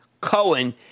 Cohen